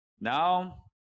now